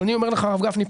אבל אני אומר לך הרב גפני,